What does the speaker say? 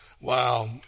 wow